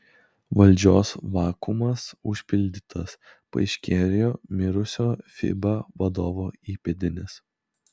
valdžios vakuumas užpildytas paaiškėjo mirusio fiba vadovo įpėdinis